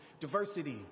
diversity